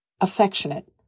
affectionate